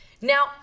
Now